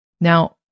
Now